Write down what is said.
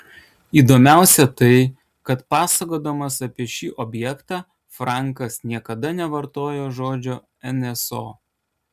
įdomiausia tai kad pasakodamas apie šį objektą frankas niekada nevartojo žodžio nso